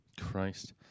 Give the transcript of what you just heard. Christ